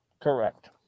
Correct